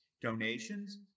donations